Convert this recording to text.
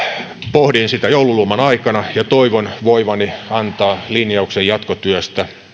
pohdin sitä joululoman aikana ja toivon voivani antaa linjaukseni jatkotyöstä